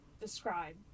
describe